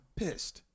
pissed